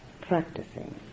practicing